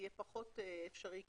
זה יהיה פחות אפשרי.